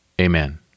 Amen